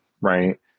right